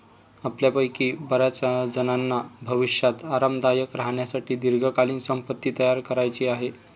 आपल्यापैकी बर्याचजणांना भविष्यात आरामदायक राहण्यासाठी दीर्घकालीन संपत्ती तयार करायची आहे